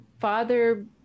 father